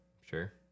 sure